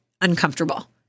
uncomfortable